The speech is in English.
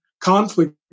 conflict